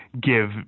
give